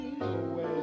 away